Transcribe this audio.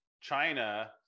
China